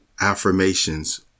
affirmations